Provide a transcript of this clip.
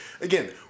again